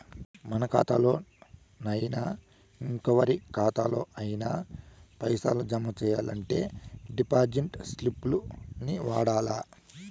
మన కాతాల్లోనయినా, ఇంకెవరి కాతాల్లోనయినా పైసలు జమ సెయ్యాలంటే డిపాజిట్ స్లిప్పుల్ని వాడల్ల